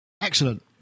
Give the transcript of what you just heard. Excellent